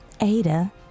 Ada